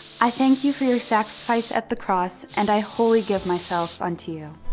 i thank you for your sacrifice at the cross and i wholly give myself unto you.